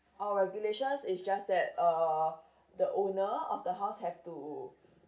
our regulations is just that uh the owner of the house have to